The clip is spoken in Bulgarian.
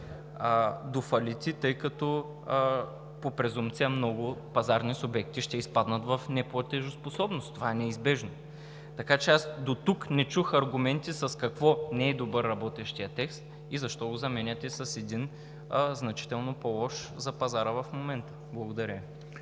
до фалити, тъй като по презумпция много пазарни субекти ще изпаднат в неплатежоспособност. Това е неизбежно. Така че аз дотук не чух аргументи с какво не е добър работещият текст и защо го заменяте с един значително по-лош за пазара в момента! Благодаря